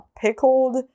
pickled